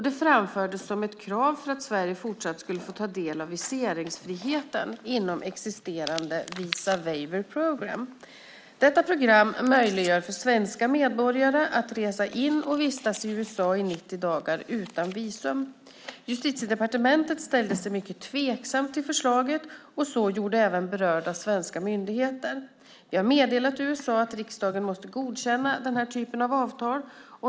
Det framfördes som ett krav för att Sverige fortsatt skulle få ta del av viseringsfriheten inom existerande Visa Waiver Program. Detta program möjliggör för svenska medborgare att resa in och vistas i USA i 90 dagar utan visum. Justitiedepartementet ställde sig mycket tveksamt till förslaget, och så gjorde även berörda svenska myndigheter. Vi har meddelat USA att riksdagen måste godkänna denna typ av avtal.